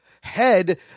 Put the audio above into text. head